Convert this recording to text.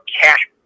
cash